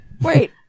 Wait